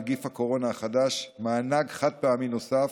נגיף הקורונה החדש) (מענק חד-פעמי נוסף),